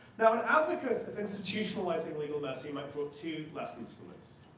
advocates of institutionalizing legal mercy might draw two lessons from this.